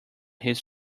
this